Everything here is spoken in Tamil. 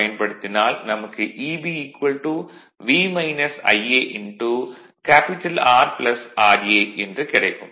பயன்படுத்தினால் நமக்கு Eb V Ia R ra என்று கிடைக்கும்